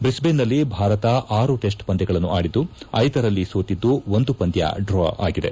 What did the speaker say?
ಬ್ರಿಸ್ಬೇನ್ನಲ್ಲಿ ಭಾರತ ಆರು ಟೆಸ್ಟ್ ಪಂದ್ಯಗಳನ್ನು ಅಡಿದ್ದು ಐದರಲ್ಲಿ ಸೋತಿದ್ದು ಒಂದು ಪಂದ್ಯ ಡ್ರಾ ಆಗಿದೆ